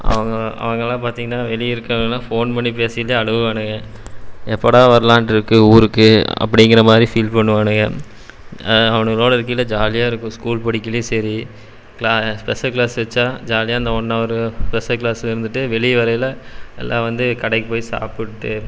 அவங்க அவனுங்கள்லாம் பார்த்தீங்கன்னா வெளியே இருக்கிறவங்கள்லாம் ஃபோன் பண்ணி பேசிவிட்டு அழுவானுங்க எப்போடா வர்லாம்ன்ட்டு இருக்குது ஊருக்கு அப்படிங்கிற மாதிரி ஃபீல் பண்ணுவானுங்க அவனுங்களோடு இருக்கையில் ஜாலியாக இருக்கும் ஸ்கூல் படிக்கையிலேயும் சரி ஸ்பெஷல் கிளாஸ் வெச்சா ஜாலியாக அந்த ஒன் ஹவரு ஸ்பெஷல் கிளாஸில் இருந்துவிட்டு வெளியே வரையில் நல்லா வந்து கடைக்குப் போய் சாப்பிட்டு